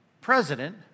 president